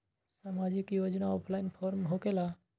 समाजिक योजना offline form होकेला?